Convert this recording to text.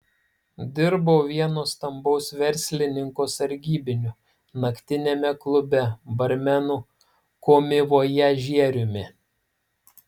dirbau vieno stambaus verslininko sargybiniu naktiniame klube barmenu komivojažieriumi